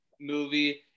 movie